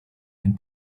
and